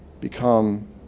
become